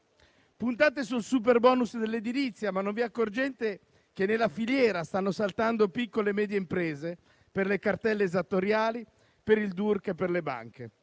Puntate sul superbonus dell'edilizia, ma non vi accorgete che nella filiera stanno saltando piccole e medie imprese, per le cartelle esattoriali, per il DURC, per le banche.